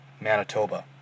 Manitoba